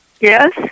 Yes